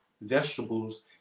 vegetables